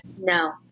No